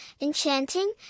enchanting